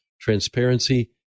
transparency